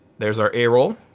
there's our a-roll.